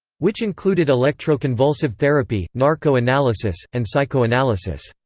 which included electroconvulsive therapy, narco-analysis, and psychoanalysis.